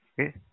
Okay